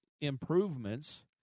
improvements